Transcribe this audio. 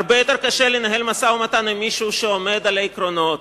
הרבה יותר קשה לנהל משא-ומתן עם מישהו שעומד על העקרונות